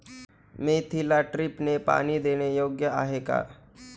मेथीला ड्रिपने पाणी देणे योग्य आहे का?